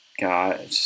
God